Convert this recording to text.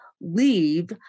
leave